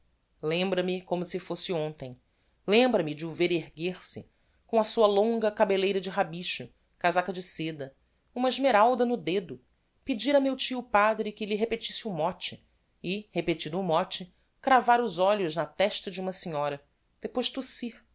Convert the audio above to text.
lembra-me como se fosse hontem lembra-me de o ver erguer-se com a sua longa cabelleira de rabicho casaca de seda uma esmeralda no dedo pedir a meu tio padre que lhe repetisse o mote e repetido o mote cravar os olhos na testa de uma senhora depois